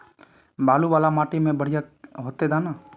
बालू वाला माटी में बढ़िया होते दाना?